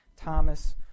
Thomas